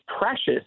precious